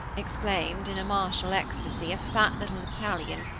exclaimed, in a martial ecstasy, a fat little italian,